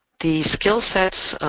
the skill sets